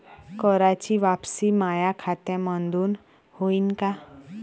कराच वापसी माया खात्यामंधून होईन का?